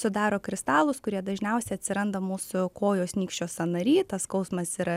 sudaro kristalus kurie dažniausiai atsiranda mūsų kojos nykščio sąnary tas skausmas yra